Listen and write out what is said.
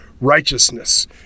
righteousness